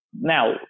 Now